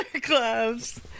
gloves